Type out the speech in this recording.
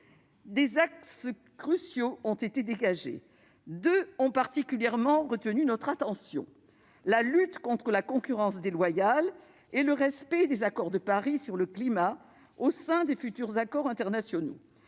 Des axes cruciaux ont ainsi été dégagés. Deux d'entre eux ont particulièrement retenu notre attention : la lutte contre la concurrence déloyale et le respect des accords de Paris sur le climat au sein des futurs accords internationaux.